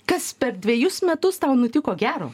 kas per dvejus metus tau nutiko gero